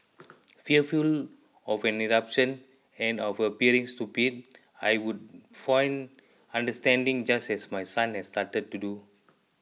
fearful of an eruption and of appearing stupid I would feign understanding just as my son has started to do